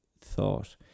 thought